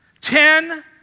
Ten